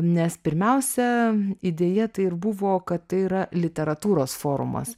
nes pirmiausia idėja tai ir buvo kad tai yra literatūros forumas